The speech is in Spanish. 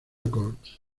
records